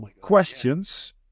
questions